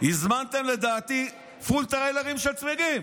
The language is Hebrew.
הזמנתם לדעתי פול טריילרים של צמיגים.